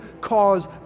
cause